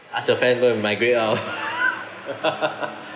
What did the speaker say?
ask your friend go and migrate out